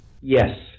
Yes